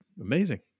amazing